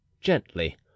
gently